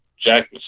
Jack